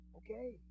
okay